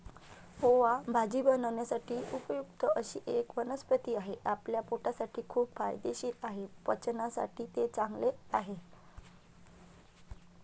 ओवा भाजी बनवण्यासाठी उपयुक्त अशी एक वनस्पती आहे, आपल्या पोटासाठी खूप फायदेशीर आहे, पचनासाठी ते चांगले आहे